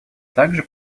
также